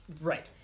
Right